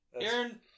Aaron